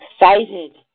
excited